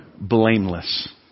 blameless